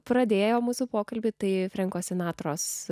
pradėjo mūsų pokalbį tai frenko sinatros